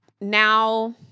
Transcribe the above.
now